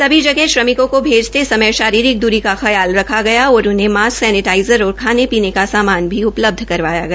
सभी जगह श्रमिकों को भेजते समय शारीरिक दूरी का ख्याल रखा गया और उन्हें मास्क सैनिटाईजर और खाने पीने का सामान भी उपलब्ध करवाया गया